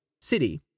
city